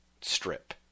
strip